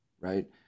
right